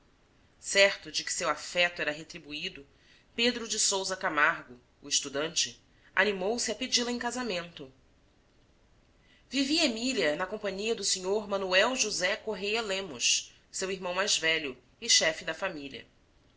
certo de que seu afeto era retribuído pedro de sousa camargo o estudante animou-se a pedi-la em casamento vivia emília na companhia do sr manuel josé correia lemos seu irmão mais velho e chefe da família